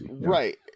right